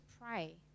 pray